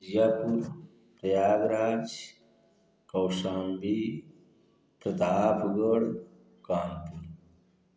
Jiapur Prayagraj Kaushambi Pratapgarh Kanpur